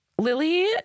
Lily